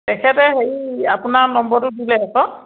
তেখেতে হেৰি আপোনাৰ নম্বৰটো দিলে আকৌ